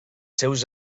seus